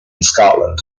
scotland